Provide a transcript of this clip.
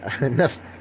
enough